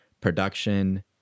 production